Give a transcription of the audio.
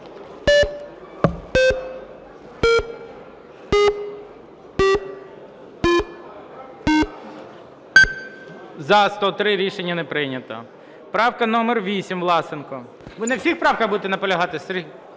За-103 Рішення не прийнято. Правка номер 8, Власенко. Ви на всіх правках буде наполягати?